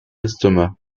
l’estomac